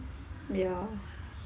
ya